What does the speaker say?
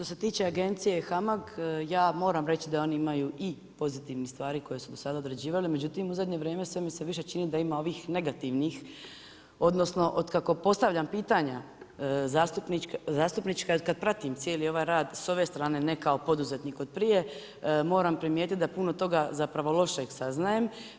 Što se tiče agencije HAMAG, ja moram reći da oni imaju i pozitivne stvari koje su do sada određivali, međutim, u zadnje vrijeme sve mi se više čini da ima ovih negativnih, odnosno, od kako postavljam pitanja zastupnička, i od kad pratim cijeli ovaj rad, ne kao poduzetnik od prije, moram primijetit da puno toga zapravo lošeg saznajem.